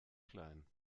klein